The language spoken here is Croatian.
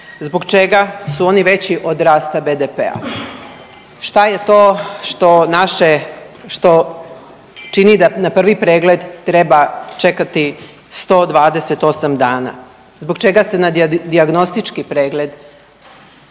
zbog čega su oni veći od rasta BDP-a, šta je to što naše, što čini da na prvi pregled treba čekati 128 dana, zbog čega se na dijagnostički pregled